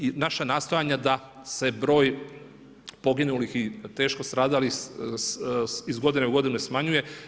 I naša nastojanja da se broj poginulih i teško stradalih iz godine u godinu smanjuje.